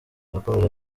yakomeje